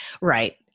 right